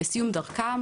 בסיום דרכם